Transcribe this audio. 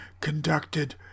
conducted